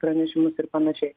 pranešimus ir panašiai